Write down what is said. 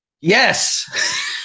Yes